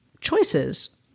choices